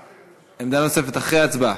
אם אפשר, עמדה נוספת, אחרי ההצבעה.